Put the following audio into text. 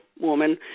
woman